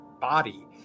body